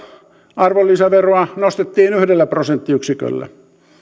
arvonlisäveroa nostettiin yhdellä prosenttiyksiköllä